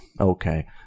okay